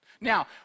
Now